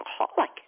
alcoholic